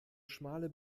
schmale